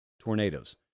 tornadoes